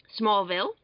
Smallville